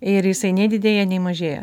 ir jisai nei didėja nei mažėja